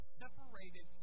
separated